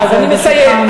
אז, ברשותך, משפט סיום.